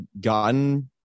gotten